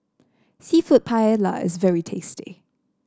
seafood Paella is very tasty